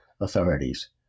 authorities